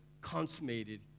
consummated